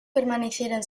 permanecieron